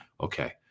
Okay